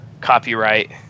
copyright